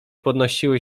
podnosiły